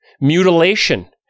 mutilation